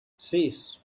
sis